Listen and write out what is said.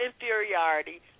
inferiority